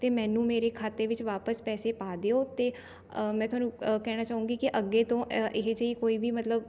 ਅਤੇ ਮੈਨੂੰ ਮੇਰੇ ਖਾਤੇ ਵਿੱਚ ਵਾਪਸ ਪੈਸੇ ਪਾ ਦਿਉ ਅਤੇ ਮੈਂ ਤੁਹਾਨੂੰ ਕਹਿਣਾ ਚਾਹੁੰਗੀ ਕਿ ਅੱਗੇ ਤੋਂ ਇਹੋ ਜਿਹੀ ਕੋਈ ਵੀ ਮਤਲਬ